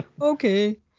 Okay